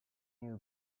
knew